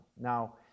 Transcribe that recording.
Now